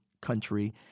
country